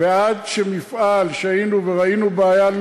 ועד שמפעל שהיינו בו וראינו בעיה,